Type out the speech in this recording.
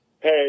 Hey